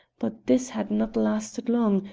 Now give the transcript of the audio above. but this had not lasted long,